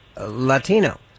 Latino